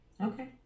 Okay